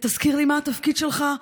תזכיר לי, מה התפקיד שלך?